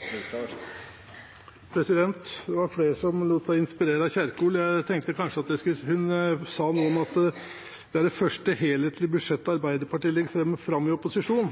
vekstimpulser. Det var flere som lot seg inspirere av Kjerkol. Hun sa noe om at det er det første helhetlige budsjettet Arbeiderpartiet legger fram i opposisjon.